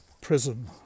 prison